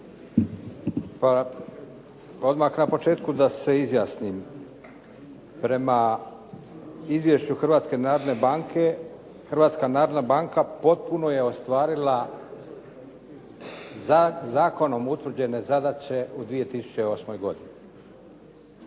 Odmah na početku da se izjasnim. Prema izvješću Hrvatske narodne banke Hrvatska narodna banka potpuno je ostvarila zakonom utvrđene zadaće u 2008. godini